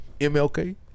MLK